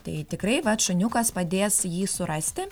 tai tikrai vat šuniukas padės jį surasti